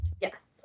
Yes